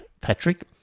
Patrick